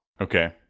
Okay